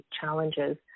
challenges